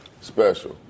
special